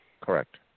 Correct